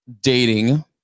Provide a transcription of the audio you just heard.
dating